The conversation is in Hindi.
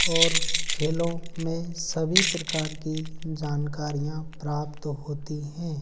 और खेलों में सभी प्रकार की जानकारियाँ प्राप्त होती हैं